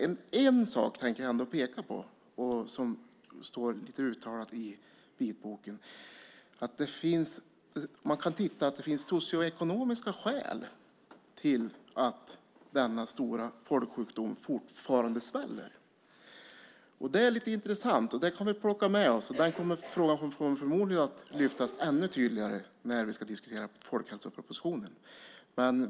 Jag ska ändå peka på en sak som står uttalad i vitboken. Det finns socioekonomiska skäl till att denna stora folksjukdom fortfarande sväller. Det kan vi ta med oss. Den frågan kommer förmodligen att lyftas fram ännu tydligare när vi ska diskutera folkhälsopropositionen.